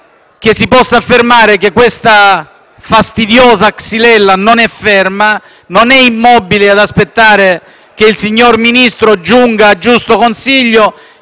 credo si possa affermare che questa fastidiosa Xylella non è ferma, non è immobile ad aspettare che il signor Ministro giunga a giusto consiglio